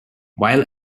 while